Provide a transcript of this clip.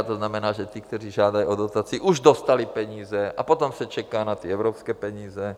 To znamená, že ti, kteří žádali o dotaci, už dostali peníze a potom se čeká na evropské peníze.